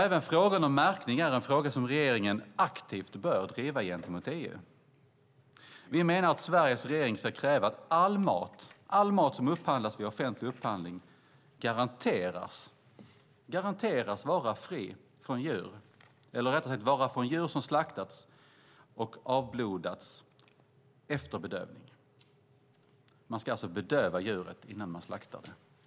Även frågan om märkning är en fråga som regeringen aktivt bör driva gentemot EU. Vi menar att Sveriges regering ska kräva att all mat som upphandlas via offentlig upphandling garanteras vara från djur som slaktats och avblodats efter bedövning. Man ska alltså bedöva djuret innan man slaktar det.